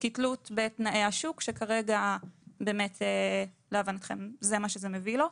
כתלות בתנאי השוק, שכרגע להבנתכם זה מה שמביא לו.